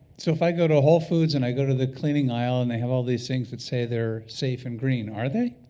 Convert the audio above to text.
so if i go to whole foods and i go to the cleaning isle and they all these things that say they're safe and green, are they?